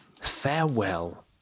Farewell